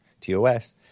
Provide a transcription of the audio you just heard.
TOS